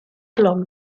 blwm